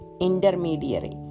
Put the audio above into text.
intermediary